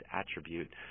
attribute